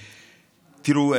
תראו,